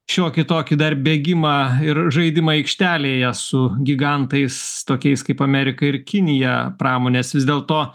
šiokį tokį dar bėgimą ir žaidimą aikštelėje su gigantais tokiais kaip amerika ir kinija pramonės vis dėlto